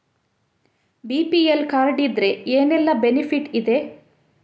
BPL card ಇದ್ರೆ ಏನೆಲ್ಲ benefit ಇದೆ?